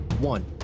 One